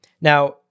Now